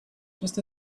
just